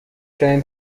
ترین